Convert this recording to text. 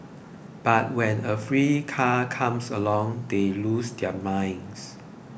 but when a free car comes along they lose their minds